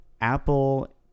Apple